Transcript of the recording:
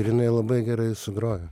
ir jinai labai gerai sugrojo